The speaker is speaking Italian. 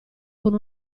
con